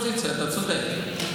גם קואליציה וגם אופוזיציה, אתה צודק.